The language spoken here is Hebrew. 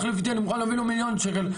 אני מוכן להביא לו מיליון שקל,